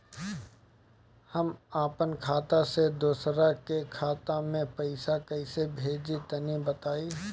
हम आपन खाता से दोसरा के खाता मे पईसा कइसे भेजि तनि बताईं?